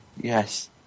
Yes